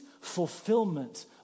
fulfillment